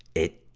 it,